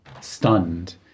stunned